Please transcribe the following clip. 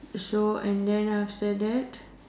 so and then after that